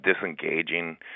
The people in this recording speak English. disengaging